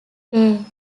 bay